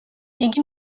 იგი